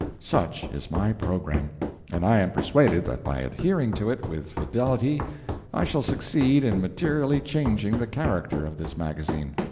such is my programme and i am persuaded that by adhering to it with fidelity i shall succeed in materially changing the character of this magazine.